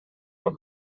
her